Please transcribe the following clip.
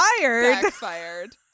Backfired